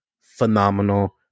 phenomenal